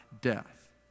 death